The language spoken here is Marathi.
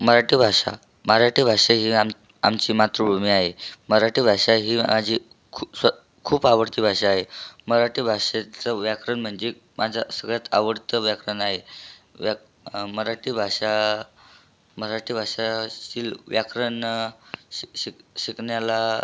मराठी भाषा मराठी भाषा ही आम् आमची मातृभूमी आहे मराठी भाषा ही माझी खु सं खूप आवडती भाषा आहे मराठी भाषेचं व्याकरण म्हणजे माझं सगळ्यात आवडतं व्याकरण आहे व्या मराठी भाषा मराठी भाषा शिल व्याकरण शिक् शिक् शिकण्याला